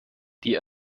die